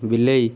ବିଲେଇ